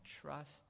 trust